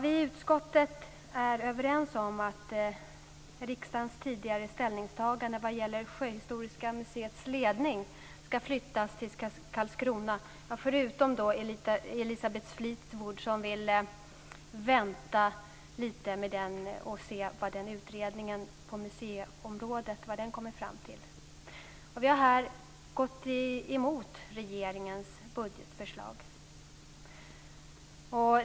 Vi i utskottet är överens om att riksdagens tidigare ställningstagande när det gäller Statens sjöhistoriska museers ledning ska flyttas till Karlskrona - förutom Elisabeth Fleetwood som vill vänta och se vad utredningen på museiområdet kommer fram till. Vi har här gått emot regeringens budgetförslag.